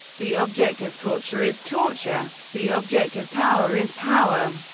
the object of torture is torture. the object of power is power.